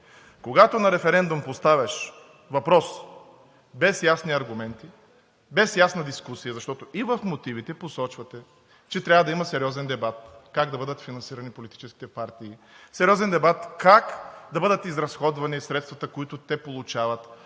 Когато на референдум поставяш въпрос без ясни аргументи, без ясна дискусия, защото и в мотивите посочвате, че трябва да има сериозен дебат как да бъдат финансирани политическите партии, сериозен дебат как да бъдат изразходвани средствата, които те получават,